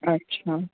અચ્છા